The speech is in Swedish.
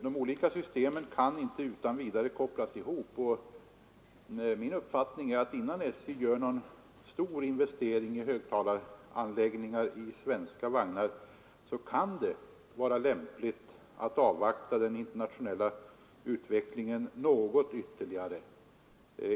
De olika systemen kan inte utan vidare kopplas ihop, och min uppfattning är att innan SJ gör någon stor investering i högtalaranläggningar i svenska vagnar kunde det vara lämpligt att avvakta den internationella utvecklingen något ytterligare.